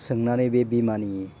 सोंनानै बे बिमानि